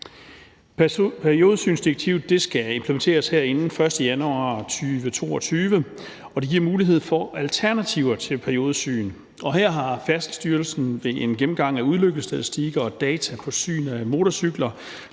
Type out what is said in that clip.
Periodesynsdirektivet skal implementeres her inden den 1. januar 2022, og det giver mulighed for alternativer til periodisk syn. Og her har Færdselsstyrelsen ved en gennemgang af ulykkesstatistikker og data fra syn af motorcykler